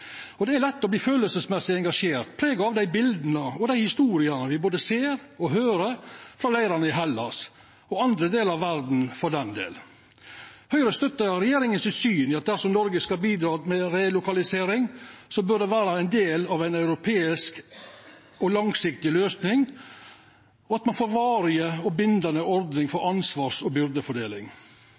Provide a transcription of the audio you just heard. Det er lett å verta kjenslemessig engasjert. Ein vert prega av bileta og historiene ein ser og høyrer frå leirane i Hellas og andre delar av verda, for den delen. Høgre støttar regjeringas syn. Dersom Noreg skal bidra med relokalisering, bør det vera ein del av ei europeisk og langsiktig løysing, og at ein får ei varig og bindande ordning for ansvars- og byrdefordeling.